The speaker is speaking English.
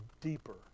deeper